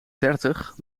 dertig